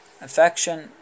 Affection